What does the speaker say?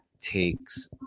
takes